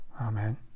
Amen